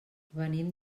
venim